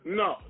no